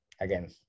again